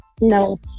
No